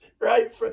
right